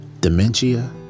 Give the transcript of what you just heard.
dementia